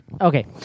Okay